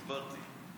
הסברתי.